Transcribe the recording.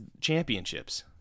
championships